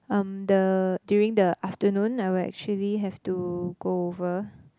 um the during the afternoon I will actually have to go over